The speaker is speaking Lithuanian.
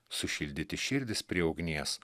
sušildyti širdis prie ugnies